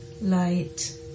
Light